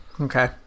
Okay